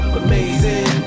amazing